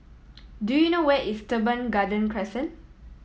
do you know where is Teban Garden Crescent